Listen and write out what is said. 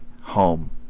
home